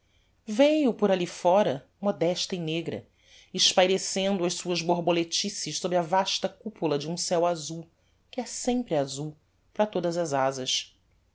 veiu por alli fóra modesta e negra espairecendo as suas borboletices sob a vasta cupula de um céo azul que é sempre azul para todas as azas